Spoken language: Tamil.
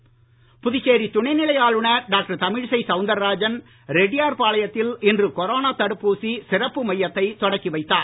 ஆளுநர் புதுச்சேரி துணைநிலை ஆளுநர் டாக்டர் தமிழிசை சவுந்தரராஜன் ரெட்டியார் பாளையத்தில் இன்று கொரோனா தடுப்பூசி சிறப்பு மையத்தை தொடக்கி வைத்தார்